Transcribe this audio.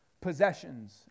possessions